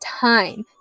time